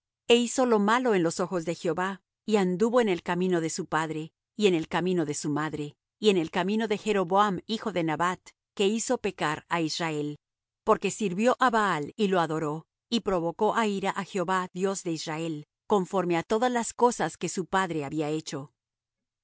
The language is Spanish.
e hizo lo malo en los ojos de jehová y anduvo en el camino de su padre y en el camino de su madre y en el camino de jeroboam hijo de nabat que hizo pecar á israel porque sirvió á baal y lo adoró y provocó á ira á jehová dios de israel conforme á todas las cosas que su padre había hecho